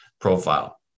profile